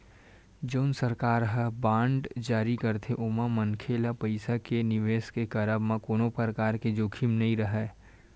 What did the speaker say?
जउन सरकार ह बांड जारी करथे ओमा मनखे ल पइसा के निवेस के करब म कोनो परकार के जोखिम तो नइ राहय